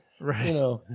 Right